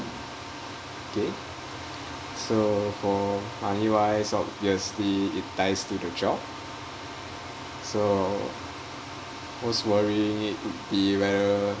K so for money wise obviously it ties to the job so most worrying would be whether